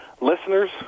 listeners